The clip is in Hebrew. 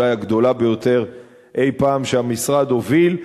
אולי הגדולה ביותר אי-פעם שהמשרד הוביל,